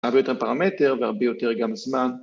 הרבה יותר פרמטר והרבה יותר גם זמן